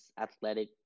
athletic